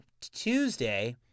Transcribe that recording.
Tuesday